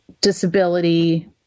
disability